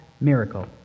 miracle